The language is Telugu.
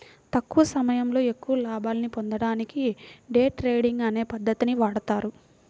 తక్కువ సమయంలో ఎక్కువ లాభాల్ని పొందడానికి డే ట్రేడింగ్ అనే పద్ధతిని వాడతారు